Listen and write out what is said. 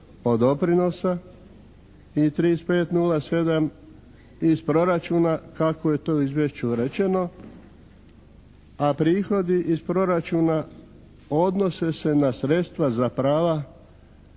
doprinosa i 35,07 iz proračuna kako je to u izvješću rečeno, a prihodi iz proračuna odnose se na sredstva za prava